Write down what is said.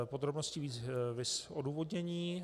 Podrobnosti viz odůvodnění.